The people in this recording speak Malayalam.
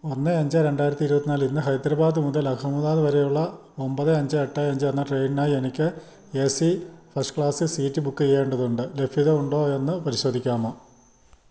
ഒന്ന് അഞ്ച് രണ്ടായിരത്തി ഇരുപത്തിനാല് ഇന്ന് ഹൈദരാബാദ് മുതൽ അഹമ്മദാബാദ് വരെയുള്ള ഒമ്പത് അഞ്ച് എട്ട് അഞ്ച് എന്ന ട്രെയിനിനായി എനിക്ക് A C first class seat book ചെയ്യേണ്ടതുണ്ട് ലഭ്യത ഉണ്ടോ എന്നു പരിശോധിക്കാമോ